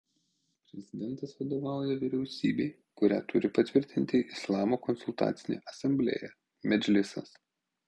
prezidentas vadovauja vyriausybei kurią turi patvirtinti islamo konsultacinė asamblėja medžlisas